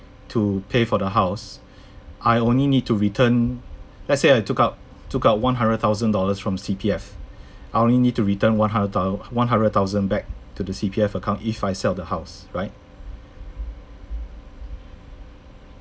to pay for the house I only need to return let's say I took out took out one hundred thousand dollars from C_P_F I only need to return one hundred thou~ one hundred thousand back to the C_P_F account if I sell the house right